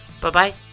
Bye-bye